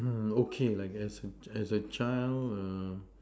mm okay I guess as a child err